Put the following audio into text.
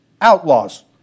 outlaws